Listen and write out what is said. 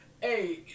Hey